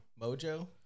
Mojo